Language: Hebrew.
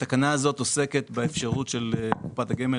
התקנה הזאת עוסקת באפשרות של קופת הגמל